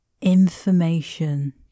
information